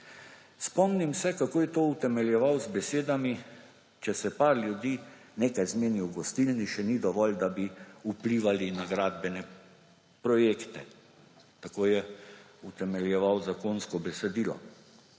Spomnim se, kako je to utemeljeval z besedami, da če se par ljudi nekaj zmenijo v gostilni, še ni dovolj, da bi vplivali na gradbene projekte. Tako je utemeljeval zakonsko besedilo.